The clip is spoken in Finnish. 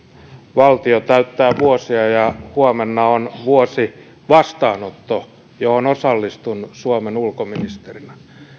valtio täyttää vuosia ja huomenna on vuosivastaanotto johon osallistun suomen ulkoministerinä